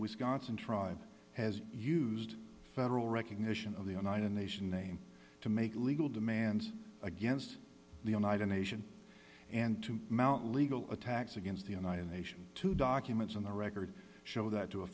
wisconsin tribe has used federal recognition of the united nation name to make legal demands against the united nation and to mount legal attacks against the united nation two documents on the record show that to a